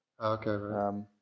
Okay